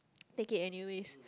take it anyways